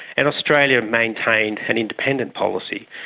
and australia maintained an independent policy.